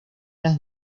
las